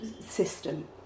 system